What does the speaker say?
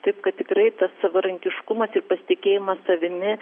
taip kad tikrai tas savarankiškumas ir pasitikėjimas savimi